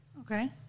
okay